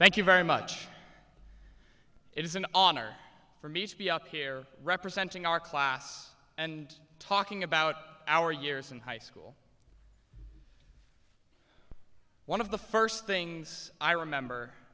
thank you very much it is an honor for me to be up here representing our class and talking about our years in high school one of the first things i remember